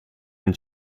and